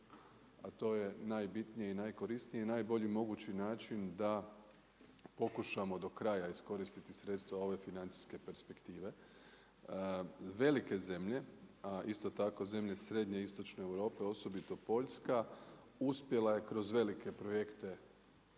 a to je najbitnije i najkorisnije i najbolji mogući način da pokušamo do kraja iskoristiti sredstva ove financijske perspektive. Velike zemlje a isto tako zemlje srednje i istočne Europe, osobito Posljska uspjela je kroz velike projekta